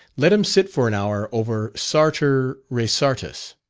let him sit for an hour over sartor resartus,